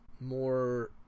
more